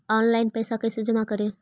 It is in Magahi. ऑनलाइन पैसा कैसे जमा करे?